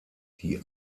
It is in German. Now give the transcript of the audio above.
die